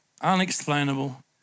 unexplainable